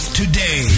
today